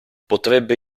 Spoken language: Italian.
potrebbe